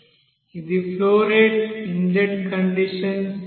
ఇది flow rate inlet కండిషన్cin